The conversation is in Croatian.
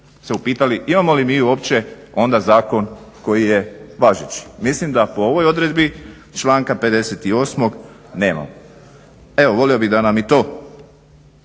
se upitali imamo li mi uopće onda zakon koji je važeći. Mislim da po ovoj odredbi članka 58.nemamo. Evo volio bih da nam i to